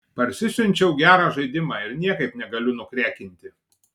parsisiunčiau gerą žaidimą ir niekaip negaliu nukrekinti